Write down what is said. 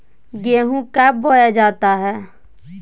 गेंहू कब बोया जाता हैं?